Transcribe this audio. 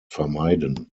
vermeiden